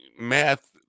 math